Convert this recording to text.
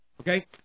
Okay